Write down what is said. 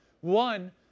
one